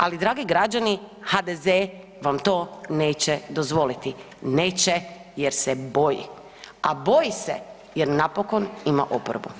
Ali dragi građani HDZ vam to neće dozvoliti, neće jer se boji, a boji se jer napokon ima oporbu.